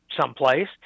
someplace